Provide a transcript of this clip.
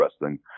wrestling